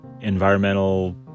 environmental